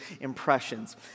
impressions